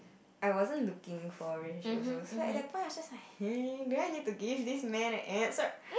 I wasn't looking for a relationship also so at that point I was just like hmm do I need to give this man an answer